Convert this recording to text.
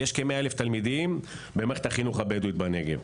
יש כ-100,000 תלמידים במערכת החינוך הבדואית בנגב.